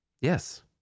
Yes